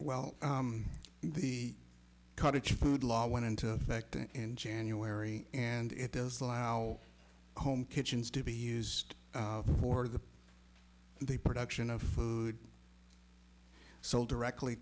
well the cottage food law went into effect in january and it does allow home kitchens to be used for the the production of food sold directly